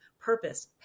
purpose